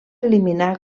eliminar